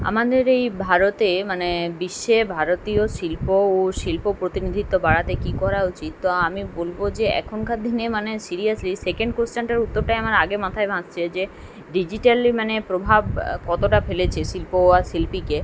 আমাদের এই ভারতে মানে বিশ্বে ভারতীয় শিল্প ও শিল্প প্রতিনিধিত্ব বাড়াতে কী করা উচিত তো আমি বলব যে এখনকার দিনে মানে সিরিয়াসলি সেকেন্ড কোয়েশ্চেনটার উত্তরটাই আমার আগে মাথায় ভাসছে যে ডিজিটালি মানে প্রভাব কতটা ফেলেছে শিল্প আর শিল্পীকে